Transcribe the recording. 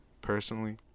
personally